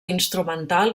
instrumental